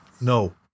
no